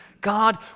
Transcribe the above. God